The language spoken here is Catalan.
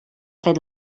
fet